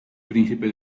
príncipe